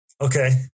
Okay